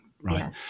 Right